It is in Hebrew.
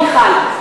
מיכל.